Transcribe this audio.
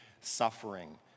suffering